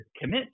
commit